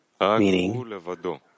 meaning